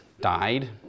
died